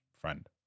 Friend